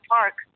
Park